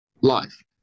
life